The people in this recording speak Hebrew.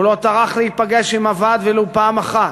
הוא לא טרח להיפגש עם הוועד ולו פעם אחת,